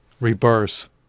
reverse